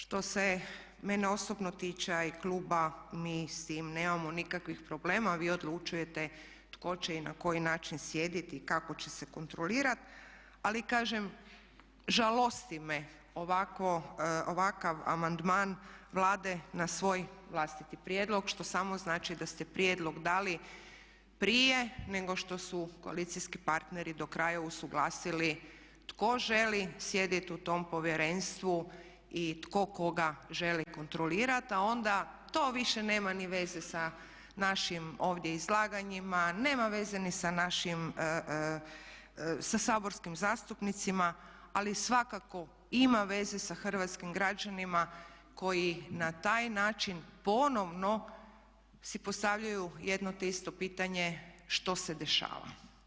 Što se mene osobno tiče a i kluba mi s tim nemamo nikakvih problema a vi odlučujete tko će i na koji način sjediti i kako će se kontrolirati, ali kažem žalosti me ovakav amandman Vlade na svoj vlastiti prijedlog što samo znači da ste prijedlog dali prije nego što su koalicijski partneri do kraja usuglasili tko želi sjedit u tom povjerenstvu i tko koga želi kontrolirat a onda to više nema ni veze sa našim ovdje izlaganjima, nema veze ni sa saborskim zastupnicima ali svakako ima veza sa hrvatskim građanima koji na taj način ponovno si postavljaju jedno te isto pitanje što se dešava?